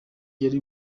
yari